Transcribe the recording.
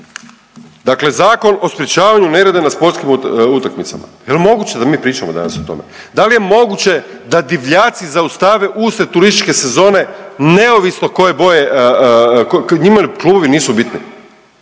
dakle Zakon o sprječavanju nereda na sportskim utakmicama. Jel moguće da mi pričamo danas o tome? Da li je moguće da divljaci zaustave usred turističke sezone neovisno koje boje, njima klubovi nisu bitni,